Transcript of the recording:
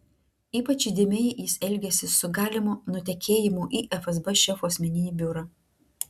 ypač įdėmiai jis elgėsi su galimu nutekėjimu į fsb šefo asmeninį biurą